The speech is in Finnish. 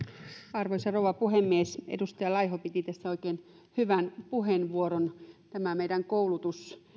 arvoisa rouva puhemies edustaja laiho piti tässä oikein hyvän puheenvuoron meidän koulutuksemme